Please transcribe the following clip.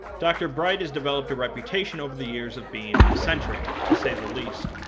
dr. bright has developed a reputation over the years of being eccentric, to say the least,